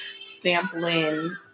sampling